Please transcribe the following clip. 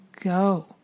go